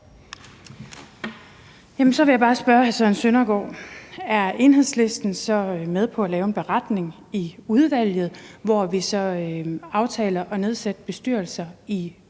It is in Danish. Så vil jeg bare spørge hr. Søren Søndergaard: Er Enhedslisten så med på at lave en beretning i udvalget, hvor vi så aftaler at nedsætte bestyrelser inden